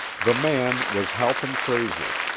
the man was halpin frayser.